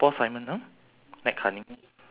purple dress